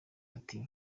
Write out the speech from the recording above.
ati